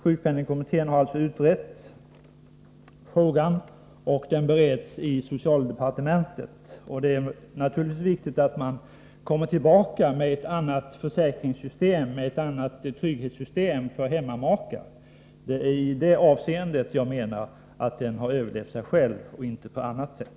Sjukpenningkommittén har utrett frågan, och den bereds nu i socialdepartementet. Det är naturligtvis viktigt att man kommer tillbaka med ett annat trygghetssystem för hemmamakar. Det är bara ur denna synvinkel som jag menar att hemmamakeförsäkringen har överlevt sig själv.